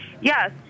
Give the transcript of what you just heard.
Yes